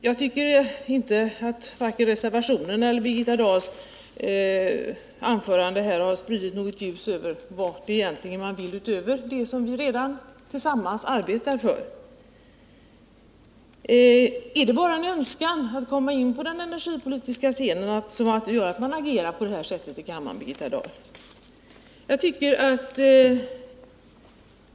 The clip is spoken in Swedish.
Jag tycker att varken reservationen eller Birgitta Dahls anförande här har spritt något ljus över vad det egentligen är man vill utöver det som vi redan tillsammans arbetar för. Är det bara en önskan att komma in på den energipolitiska scenen som gör att man agerar på det här sättet i kammaren, Birgitta Dahl?